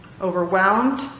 overwhelmed